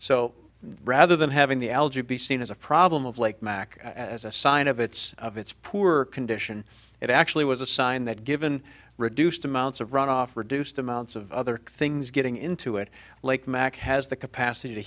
so rather than having the algae be seen as a problem of lake mack as a sign of its of its poor condition it actually was a sign that given reduced amounts of runoff reduced amounts of other things getting into it lake mack has the capacity to